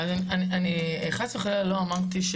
אני חס וחלילה לא אמרתי,